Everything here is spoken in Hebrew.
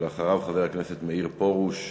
ואחריו חבר הכנסת מאיר פרוש.